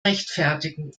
rechtfertigen